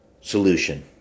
solution